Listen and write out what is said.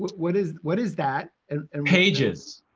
what is what is that and pages.